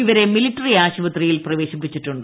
ഇവരെ മിലിട്ടറി ആശുപത്രിയിൽ പ്രവേശിപ്പിച്ചിട്ടുണ്ട്